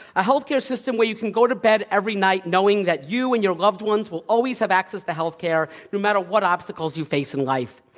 a healthcare system where you can go to bed every night knowing that you and your loved ones will always have access to healthcare no matter what obstacles you face in life.